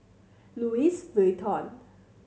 Louis Vuitton